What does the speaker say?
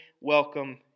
welcome